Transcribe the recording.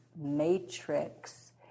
matrix